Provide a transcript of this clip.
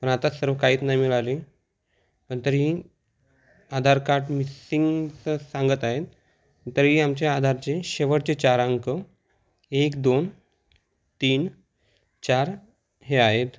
पण आता सर्व काहीच नाही मिळाले पण तरीही आधार कार्ड मिसिंगचं सांगत आहेत तरी आमचे आधारचे शेवटचे चार अंक एक दोन तीन चार हे आहेत